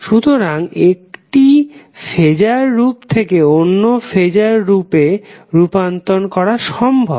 সুতরাং একটি ফেজার রূপ থেকে অন্য ফেজার রূপে রুপান্তর করা সম্ভব